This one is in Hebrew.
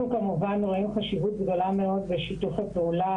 אנחנו כמובן ראינו חשיבות גדולה מאוד בשיתוף הפעולה